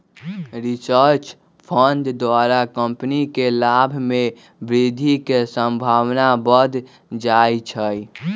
research fund द्वारा company के लाभ में वृद्धि के संभावना बढ़ जाइ छइ